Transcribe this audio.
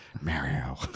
Mario